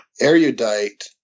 erudite